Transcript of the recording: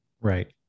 Right